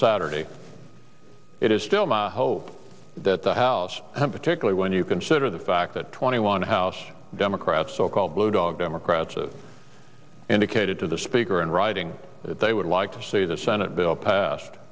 saturday it is still my hope that the house particularly when you consider the fact that twenty one house democrats so called blue dog democrats indicated to the speaker in writing that they would like to see the senate bill passed